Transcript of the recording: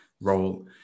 role